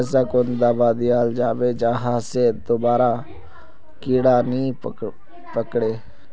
ऐसा कुन दाबा दियाल जाबे जहा से दोबारा कीड़ा नी पकड़े?